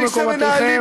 תפסו מקומותיכם,